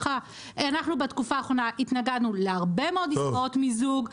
בתקופה האחרונה התנגדנו להרבה מאוד עסקאות מיזוג,